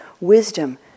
wisdom